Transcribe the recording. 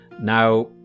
Now